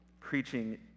preaching